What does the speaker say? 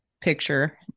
picture